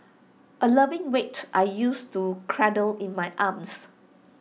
A loving weight I used to cradle in my arms